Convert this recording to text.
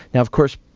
now, of course,